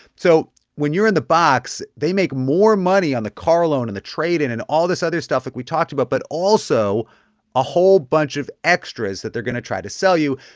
so when you're in the box, they make more money on the car loan and the trade-in and all this other stuff like we talked about but also a whole bunch of extras that they're going to try to sell you.